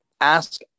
ask